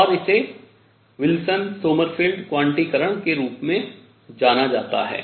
और इसे Wilson Sommerfeld क्वांटिकरण के रूप में जाना जाता है